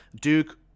Duke